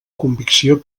convicció